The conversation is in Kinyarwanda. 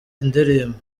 indirimbo